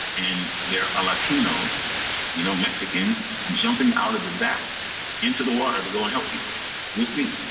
and there are latinos you know, mexicans jumping out of the back into the water to go and help people with me.